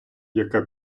яка